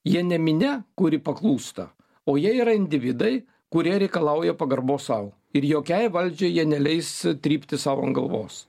jie ne minia kuri paklūsta o jie yra individai kurie reikalauja pagarbos sau ir jokiai valdžiai jie neleis trypti sau ant galvos